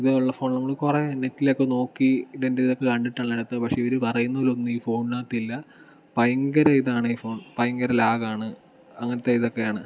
ഇതുപോലുള്ള ഫോൺ നമ്മൾ കുറേ നെറ്റിലൊക്കെ നോക്കി ഇതിന്റിതൊക്കെ കണ്ടിട്ടുള്ളതാണ് പക്ഷേ ഇവർ പറയുന്നത് പോലെ ഒന്നും ഈ ഫോണിനകത്ത് ഇല്ല ഭയങ്കര ഇതാണ് ഈ ഫോൺ ഭയങ്കര ലാഗ് ആണ് അങ്ങനത്തെ ഇതൊക്കെയാണ്